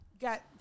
got